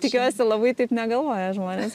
tikiuosi labai taip negalvoja žmonės